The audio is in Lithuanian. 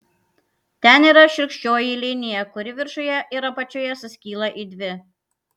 ten yra šiurkščioji linija kuri viršuje ir apačioje suskyla į dvi